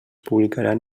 publicaran